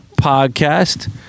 Podcast